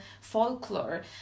folklore